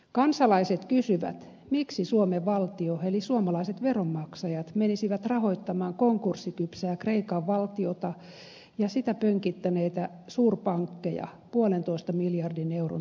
kansalaiset kysyvät miksi suomen valtio eli suomalaiset veronmaksajat menisivät rahoittamaan konkurssikypsää kreikan valtiota ja sitä pönkittäneitä suurpankkeja puolentoista miljardin euron tukipaketilla